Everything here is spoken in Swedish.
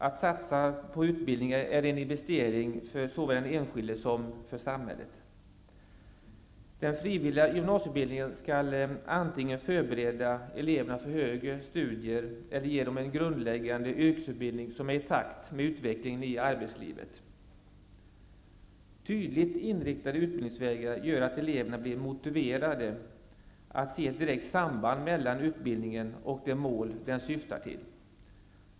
Att satsa på utbildning är en investering för såväl den enskilde som samhället. Den frivilliga gymnasieutbildningen skall antingen förbereda eleverna för högre studier eller ge en grundläggande yrkesutbildning som är i takt med utvecklingen i arbetslivet. Tydligt inriktade utbildningsvägar gör att eleverna blir motiverade av att se ett direkt samband mellan utbildningen och det mål den syftar till.